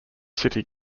city